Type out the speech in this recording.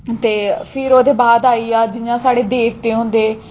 ते फ्ही ओह्दे बाद आई गेआ जि'यां साढ़े देवते होंदे